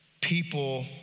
people